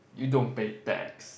you don't pay tax